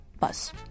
bus